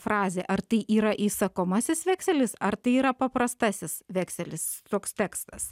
frazė ar tai yra įsakomasis vekselis ar tai yra paprastasis vekselis toks tekstas